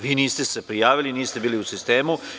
Vi se niste prijavili, niste bili u sistemu.